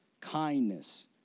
kindness